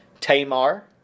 Tamar